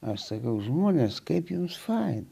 aš sakau žmonės kaip jums faina